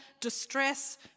distress